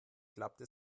klappte